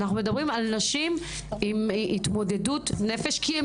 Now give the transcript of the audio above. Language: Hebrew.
אנחנו מדברים על נשים עם התמודדות נפש כי הן